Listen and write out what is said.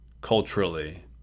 culturally